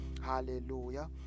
hallelujah